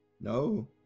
No